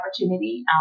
opportunity